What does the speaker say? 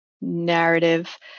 narrative